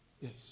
Yes